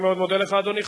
אני מאוד מודה לך, אדוני.